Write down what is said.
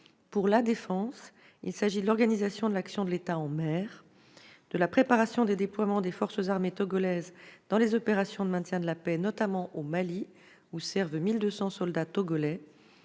Pour la défense, leurs missions comprennent l'organisation de l'action de l'État en mer, la préparation des déploiements des forces armées togolaises dans les opérations de maintien de la paix, notamment au Mali, où servent 1 200 soldats togolais,